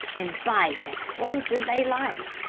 and bite as close as they liked,